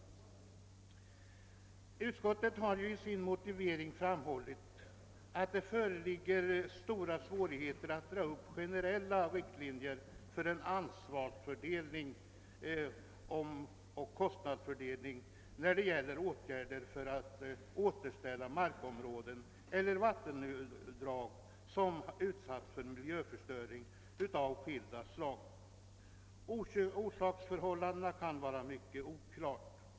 Utskottet framhåller i sin motivering att det föreligger stora svårigheter att dra upp generella riktlinjer för en ansvarsfördelning och kostnadsfördelning när det gäller åtgärder för att återställa markområden eller vattendrag som utsatts för miljöförstöring av skilda slag. Orsaksförhållandena kan vara mycket oklara.